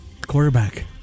Quarterback